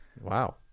Wow